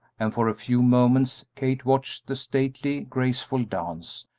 and for a few moments kate watched the stately, graceful dance,